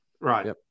Right